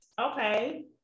Okay